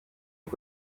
pep